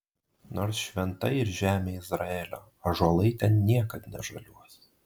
nors šventa yr žemė izraelio ąžuolai ten niekad nežaliuos